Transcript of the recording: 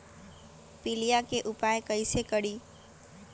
पीलिया के उपाय कई से करी?